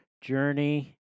journey